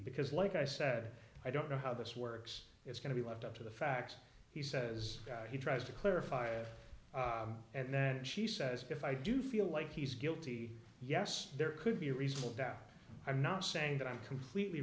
because like i said i don't know how this works it's going to be left up to the fact he says he tries to clarify it and then she says if i do feel like he's guilty yes there could be reasonable doubt i'm not saying that i'm completely